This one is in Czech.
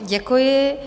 Děkuji.